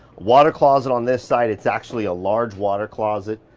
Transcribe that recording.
water closet on this side it's actually a large water closet,